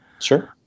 Sure